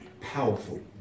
powerful